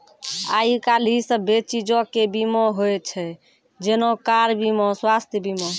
आइ काल्हि सभ्भे चीजो के बीमा होय छै जेना कार बीमा, स्वास्थ्य बीमा